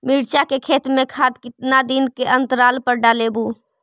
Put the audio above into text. मिरचा के खेत मे खाद कितना दीन के अनतराल पर डालेबु?